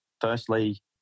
firstly